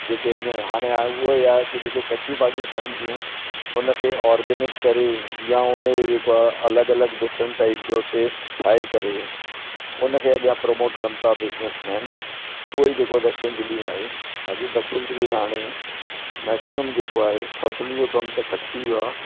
जेके आहिनि हाणे आहे उहो ई आहे की जेकी कचियूं भाॼियूं ठहनि थियूं उन खे ऑरगेनिक करे या उन जो जेको आहे अलॻि अलॻि डिफरेंट टाइप जो टेस्ट ठाहे करे उन खे अॻियां प्रमोट कनि था बिज़निसमैन उहो ई जेको दक्षिण दिल्ली में आहे बाक़ी दक्षिण दिल्ली में हाणे मैक्सिमम जेको आहे फसलुनि जो कमु त घटि थी वियो आहे